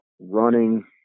running